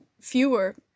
fewer